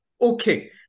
Okay